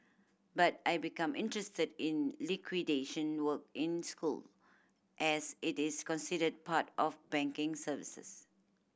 but I become interested in liquidation work in school as it is considered part of banking services